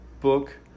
book